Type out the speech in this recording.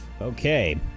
Okay